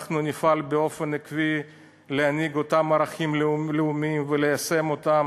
אנחנו נפעל באופן עקבי להנהיג את אותם ערכים לאומיים וליישם אותם,